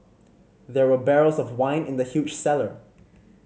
there were barrels of wine in the huge cellar